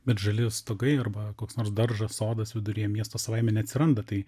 bet žali stogai arba koks nors daržas sodas viduryje miesto savaime neatsiranda tai